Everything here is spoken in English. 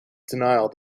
denial